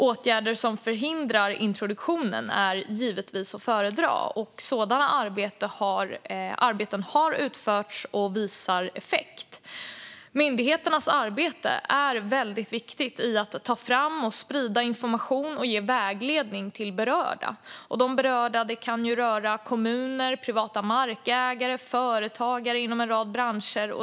Åtgärder som förhindrar introduktionen är givetvis att föredra. Sådana arbeten har utförts och visar effekt. Myndigheternas arbete med att ta fram och sprida information och ge vägledning till berörda är väldigt viktigt. De berörda kan vara kommuner, privata markägare och företagare inom en rad branscher.